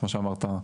כמו שאמרת,